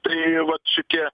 tai vat šitie